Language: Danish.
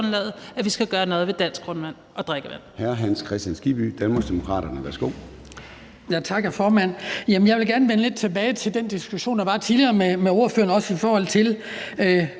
at vi skal gøre noget ved dansk grundvand og drikkevand.